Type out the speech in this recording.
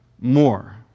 more